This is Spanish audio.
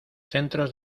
centros